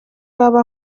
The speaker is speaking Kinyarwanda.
wabo